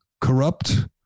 corrupt